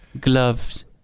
Gloves